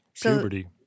Puberty